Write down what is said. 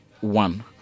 one